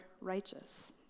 righteous